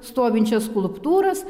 stovinčias skulptūras